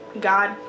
God